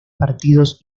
partidos